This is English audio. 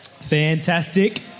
Fantastic